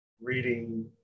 reading